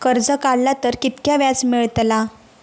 कर्ज काडला तर कीतक्या व्याज मेळतला?